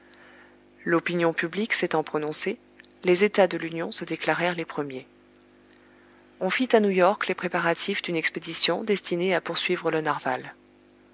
l'opinion publique s'étant prononcée les états de l'union se déclarèrent les premiers on fit à new york les préparatifs d'une expédition destinée à poursuivre le narwal